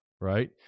right